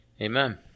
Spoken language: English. Amen